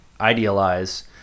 idealize